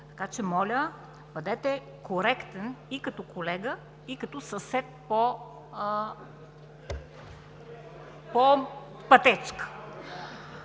хора. Моля, бъдете коректен и като колега, и като съсед по пътечка!